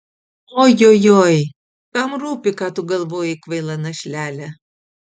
ojojoi kam rūpi ką tu galvoji kvaila našlele